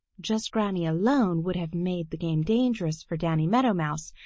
just granny alone would have made the game dangerous for danny meadow mouse.